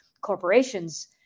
corporations